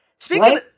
Speaking